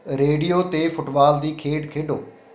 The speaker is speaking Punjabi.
ਰੇਡੀਓ 'ਤੇ ਫੁੱਟਵਾਲ ਦੀ ਖੇਡ ਖੇਡੋ